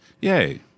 yay